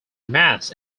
mass